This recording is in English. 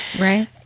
Right